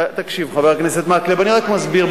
יותר, תקשיב, חבר הכנסת מקלב, אני רק מסביר.